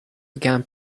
began